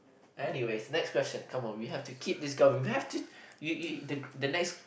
anyway next question come on we have to keep this going we have to you you the the next